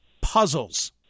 puzzles